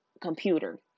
computer